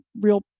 real